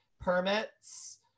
permits